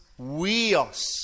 weos